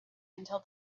until